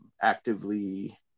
actively